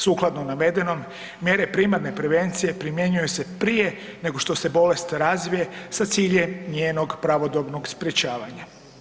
Sukladno navedenom mjere primarne prevencije primjenjuju se prije nego što se bolest razvije sa ciljem njenog pravodobnog sprečavanja.